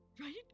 Right